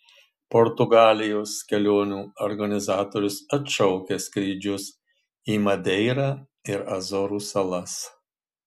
portugalijos kelionių organizatorius atšaukia skrydžius į madeirą ir azorų salas